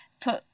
put